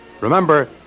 Remember